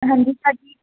ਹਾਂਜੀ ਭਾਅ ਜੀ